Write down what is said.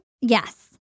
Yes